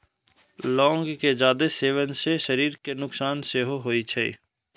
लौंग के जादे सेवन सं शरीर कें नुकसान सेहो होइ छै